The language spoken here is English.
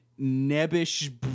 nebbish